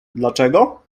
dlaczego